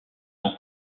son